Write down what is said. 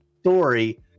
story